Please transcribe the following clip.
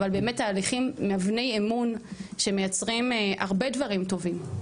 אבל באמת תהליכים מבני אמון שמייצרים הרבה דברים טובים.